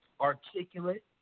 Articulate